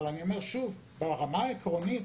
אבל ברמה העקרונית